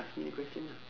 ask me a question ah